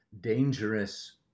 dangerous